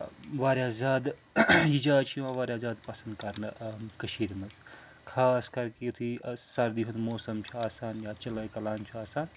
واریاہ زیادٕ یہِ جاے چھِ یِوان واریاہ زیادٕ پَسنٛد کَرنہٕ کٔشیٖرِ منٛز خاص کَر کہِ یُتھُے سردی ہُنٛد موسَم چھُ آسان یا چِلَے کَلان چھُ آسان